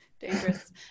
dangerous